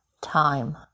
time